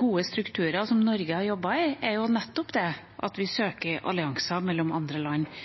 gode strukturer som Norge har jobbet i, er nettopp det at vi søker allianser mellom andre land,